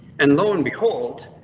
and lo and behold.